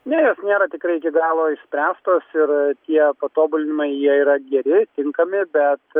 ne jos nėra tikrai iki galo išspręstos ir tie patobulinimai jie yra geri tinkami bet